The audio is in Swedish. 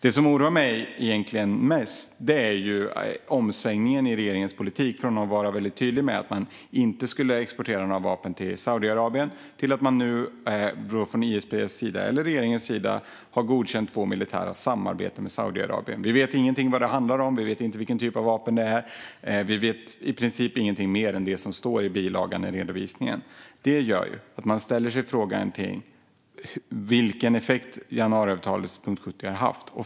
Det som egentligen oroar mig mest är omsvängningen i regeringens politik. Det har gått från att man var väldigt tydlig med att man inte skulle exportera några vapen till Saudiarabien till att man nu från ISP:s sida eller regeringens sida har godkänt två militära samarbeten med Saudiarabien. Vi vet ingenting om vad det handlar om. Vi vet inte vilken typ av vapen det är. Vi vet i princip ingenting mer än det som står i bilagan i redovisningen. Detta gör att man ställer sig frågan: Vilken effekt har januariavtalets punkt 70 haft?